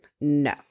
no